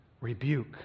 rebuke